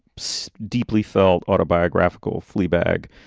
so deeply felt autobiographical, fleabag.